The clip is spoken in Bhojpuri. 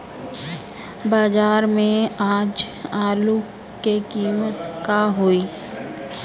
बाजार में आज आलू के कीमत का होई?